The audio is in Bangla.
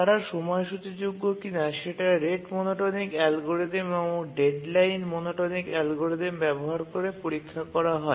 তারা সময়সূচীযোগ্য কিনা সেটা রেট মনোটোনিক অ্যালগরিদম এবং ডেডলাইন মনোটোনিক অ্যালগরিদম ব্যবহার করে পরীক্ষা করা হয়